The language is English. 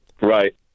Right